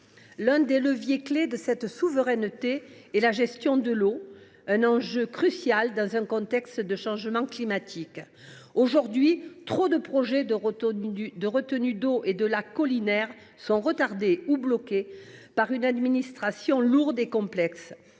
L’un des leviers clés de cette souveraineté est la gestion de l’eau, un enjeu crucial dans un contexte de changement climatique. Aujourd’hui, trop de projets de retenue d’eau et de lac collinaire sont retardés ou bloqués par une administration lourde et complexe.